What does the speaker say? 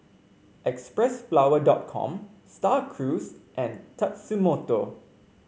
Xpressflower com Star Cruise and Tatsumoto